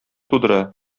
тудыра